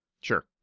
Sure